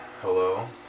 Hello